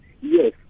Yes